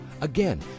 Again